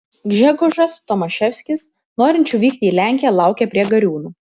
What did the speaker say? gžegožas tomaševskis norinčių vykti į lenkiją laukė prie gariūnų